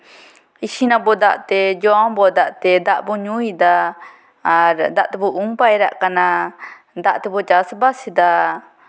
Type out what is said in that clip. ᱤᱥᱤᱱᱟᱵᱚ ᱫᱟᱜ ᱛᱮ ᱡᱚᱢ ᱟᱵᱚ ᱫᱟᱜ ᱛᱮ ᱫᱟᱜ ᱵᱚ ᱧᱩᱭᱮᱫᱟ ᱟᱨ ᱫᱟᱜ ᱛᱮᱵᱚ ᱩᱢ ᱯᱟᱭᱨᱟᱜ ᱠᱟᱱᱟ ᱫᱟᱜ ᱛᱮᱵᱚ ᱪᱟᱥ ᱵᱟᱥᱮᱫᱟ